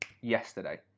yesterday